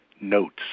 notes